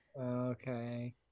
Okay